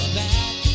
back